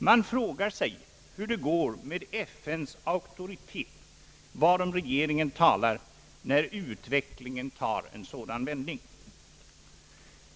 Man frågar sig hur det går med FN:s auktoritet, varom regeringen talar, när utvecklingen tar en sådan vändning.